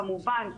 כמובן,